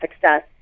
success